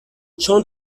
چون